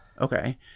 okay